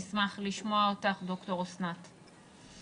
נשמח לשמוע אותך דוקטור אסנת לוקסנבורג.